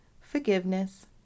forgiveness